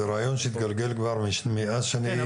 זה רעיון שהתגלגל כבר מאז שאני --- כן,